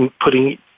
putting